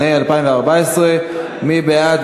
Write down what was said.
התשע"ה 2014. מי בעד?